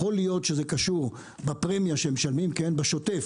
יכול להיות שזה קשור בפרמיה שהם משלמים בשוטף,